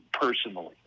personally